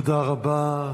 תודה רבה.